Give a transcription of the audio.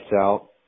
out